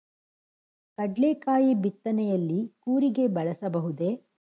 ಕಡ್ಲೆಕಾಯಿ ಬಿತ್ತನೆಯಲ್ಲಿ ಕೂರಿಗೆ ಬಳಸಬಹುದೇ?